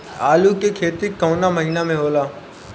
आलू के खेती कवना महीना में होला?